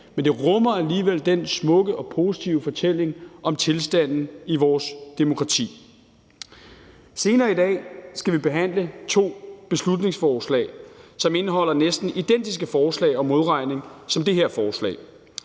men det rummer alligevel den smukke og positive fortælling om tilstanden i vores demokrati. Senere i dag skal vi behandle to beslutningsforslag, som indeholder næsten identiske forslag om modregning som det her forslag.